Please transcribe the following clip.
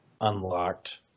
unlocked